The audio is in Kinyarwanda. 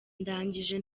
ndangije